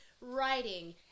writing